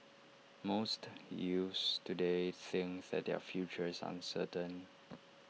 most youths today think that their future is uncertain